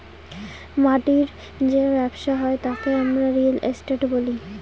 মাটির যে ব্যবসা হয় তাকে আমরা রিয়েল এস্টেট বলি